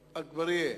אגבאריה,